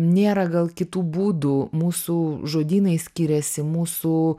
nėra gal kitų būdų mūsų žodynai skiriasi mūsų